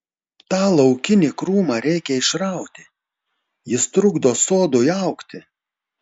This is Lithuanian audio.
tą laukinį krūmą reikia išrauti jis trukdo sodui augti